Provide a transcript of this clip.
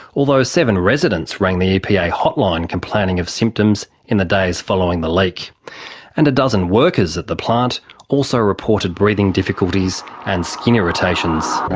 although seven residents rang the epa yeah hotline complaining of symptoms in the days following the leak like and a dozen workers at the plant also reported breathing difficulties and skin irritations.